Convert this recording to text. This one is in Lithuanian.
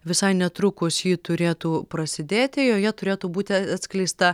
visai netrukus ji turėtų prasidėti joje turėtų būti atskleista